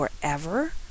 forever